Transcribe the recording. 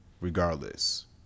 regardless